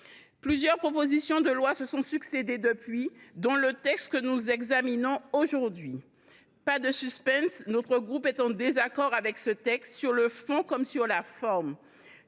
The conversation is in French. Plusieurs propositions de loi se sont succédé depuis, dont le texte que nous examinons aujourd’hui. Sans suspense, mon groupe est en désaccord sur le fond comme sur la forme.